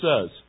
says